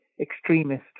extremist